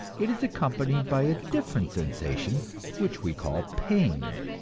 it is accompanied by a different sensation which we call pain.